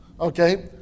Okay